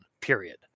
period